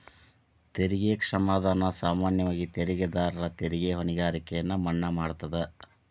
ತೆರಿಗೆ ಕ್ಷಮಾದಾನ ಸಾಮಾನ್ಯವಾಗಿ ತೆರಿಗೆದಾರರ ತೆರಿಗೆ ಹೊಣೆಗಾರಿಕೆಯನ್ನ ಮನ್ನಾ ಮಾಡತದ